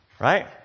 Right